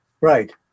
Right